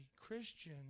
Christian